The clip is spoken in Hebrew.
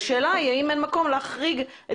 השאלה היא האם אין מקום להחריג את